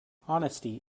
honesty